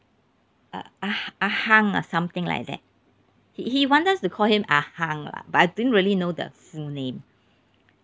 uh ah ha ah hang or something like that he he want us to call him ah hang but I don't really know the full name